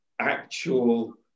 actual